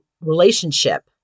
relationship